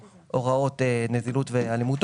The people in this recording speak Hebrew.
שנפתחת לנו כל פריזמת השימושים לרבות משכנתאות.